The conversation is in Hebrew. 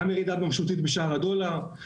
יש גם ירידה משמעותית בשער הדולר,